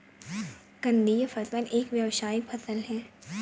कंदीय फसल एक व्यावसायिक फसल है